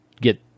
get